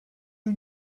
you